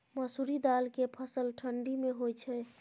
मसुरि दाल के फसल ठंडी मे होय छै?